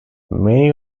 many